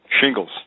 shingles